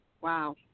wow